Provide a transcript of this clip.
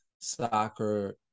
soccer